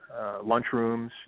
lunchrooms